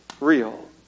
real